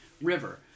River